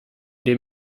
dem